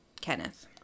Kenneth